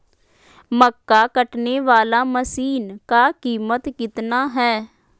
मक्का कटने बाला मसीन का कीमत कितना है?